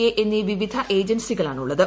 A എന്നീ വിവിധ ഏജൻസികളാണ് ഉള്ളത്